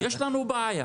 יש לנו בעיה.